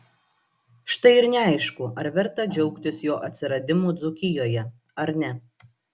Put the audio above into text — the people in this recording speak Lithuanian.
štai ir neaišku ar verta džiaugtis jo atsiradimu dzūkijoje ar ne